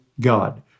God